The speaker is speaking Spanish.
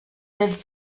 del